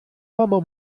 uomo